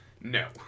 No